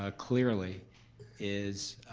ah clearly is